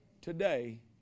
Today